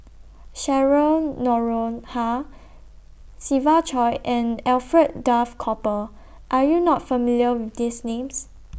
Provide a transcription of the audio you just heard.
Cheryl Noronha Siva Choy and Alfred Duff Cooper Are YOU not familiar with These Names